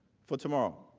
for tomorrow.